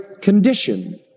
condition